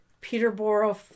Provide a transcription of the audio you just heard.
Peterborough